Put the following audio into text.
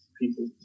people